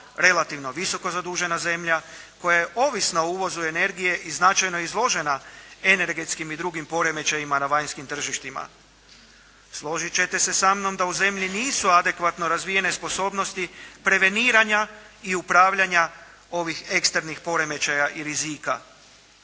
relativno visoko zadužena zemlja, koja je ovisna o uvozu energije i značajno izložena energetskim i drugim poremećajima na vanjskim tržištima. Složit ćete se sa mnom da u zemlji nisu adekvatno razvijene sposobnosti preveniranja i upravljanja ovih ekstremnih poremećaja i rizika.